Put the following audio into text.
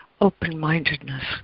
open-mindedness